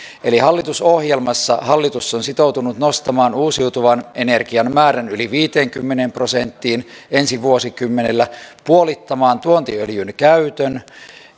hallitusohjelmassa hallitus on sitoutunut nostamaan uusiutuvan energian määrän yli viiteenkymmeneen prosenttiin ensi vuosikymmenellä puolittamaan tuontiöljyn käytön